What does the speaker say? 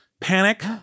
Panic